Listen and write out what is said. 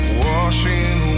washing